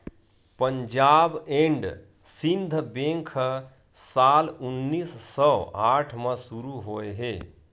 Punjab and Sindh bank ह साल उन्नीस सौ आठ म शुरू होए हे